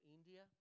India